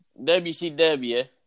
WCW